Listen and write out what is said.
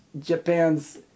Japan's